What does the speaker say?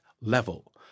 level